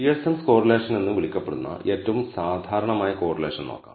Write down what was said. Pearson's correlation Pearson's correlation എന്ന് വിളിക്കപ്പെടുന്ന ഏറ്റവും സാധാരണമായ കോറിലേഷൻ നോക്കാം